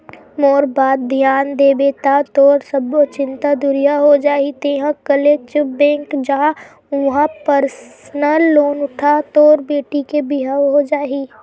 मोर बात धियान देबे ता तोर सब्बो चिंता दुरिहा हो जाही तेंहा कले चुप बेंक जा उहां परसनल लोन उठा तोर बेटी के बिहाव हो जाही